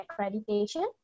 accreditation